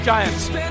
Giants